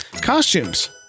Costumes